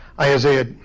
Isaiah